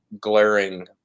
glaring